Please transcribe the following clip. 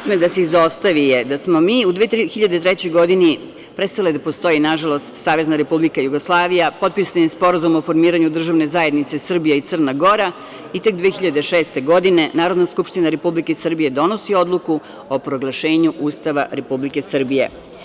sme da se izostavi je da smo mi u 2003. godini, prestala je da postoji nažalost Savezna Republika Jugoslavija, potpisan je Sporazum o formiranju Državne zajednice Srbija i Crna Gora i tek 2006. godine Narodna skupština Republike Srbije donosi Odluku o proglašenju Ustava Republike Srbije.